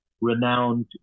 renowned